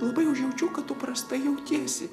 labai užjaučiu kad tu prastai jautiesi